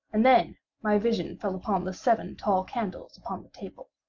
and then my vision fell upon the seven tall candles upon the table.